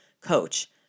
coach